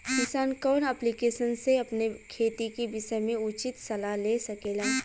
किसान कवन ऐप्लिकेशन से अपने खेती के विषय मे उचित सलाह ले सकेला?